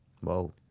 Whoa